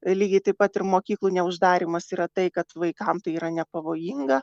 lygiai taip pat ir mokyklų neuždarymas yra tai kad vaikam tai yra nepavojinga